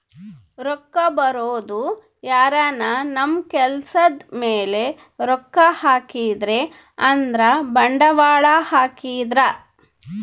ರೊಕ್ಕ ಬರೋದು ಯಾರನ ನಮ್ ಕೆಲ್ಸದ್ ಮೇಲೆ ರೊಕ್ಕ ಹಾಕಿದ್ರೆ ಅಂದ್ರ ಬಂಡವಾಳ ಹಾಕಿದ್ರ